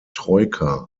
troika